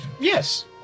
yes